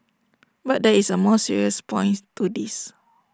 but there is A more serious points to this